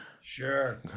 sure